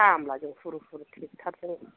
खामलाजों हुर हुर ट्रेक्ट'रजों